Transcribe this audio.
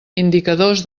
indicadors